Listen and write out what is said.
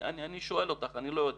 אני שואל, אני לא יודע.